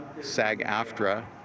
SAG-AFTRA